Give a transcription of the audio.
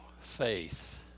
faith